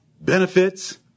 benefits